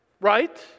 right